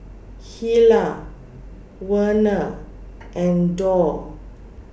Hilah Werner and Dorr